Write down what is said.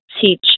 teach